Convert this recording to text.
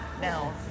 now